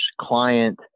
client